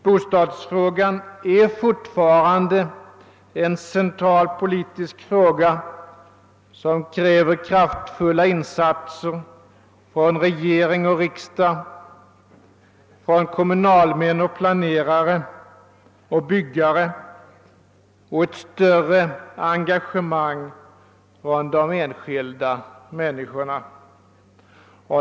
Bostadsfrågan är fortfarande en central politisk fråga, som kräver kraftfulla insatser från regering och riksdag, från kommunalmän och planerare, från byggare, och den kräver ett större engagemang från de enskilda människorna.